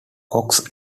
cox